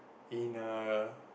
in a